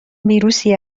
ویروسی